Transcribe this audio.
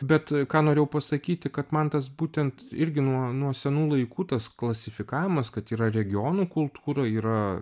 bet ką norėjau pasakyti kad man tas būtent irgi nuo nuo senų laikų tas klasifikavimas kad yra regionų kultūra yra